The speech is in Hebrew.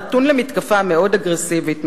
נתון למתקפה מאוד אגרסיבית,